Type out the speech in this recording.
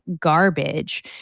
garbage